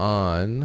on